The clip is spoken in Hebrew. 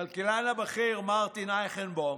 הכלכלן הבכיר מרטין אייכנבאום,